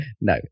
no